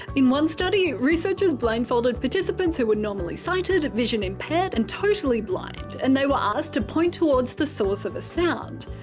in one study, researchers blindfolded participants who were normally-sighted, vision impaired and totally blind and they we asked to point towards the source of a sound.